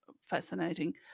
fascinating